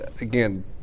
again